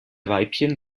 weibchen